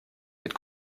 wird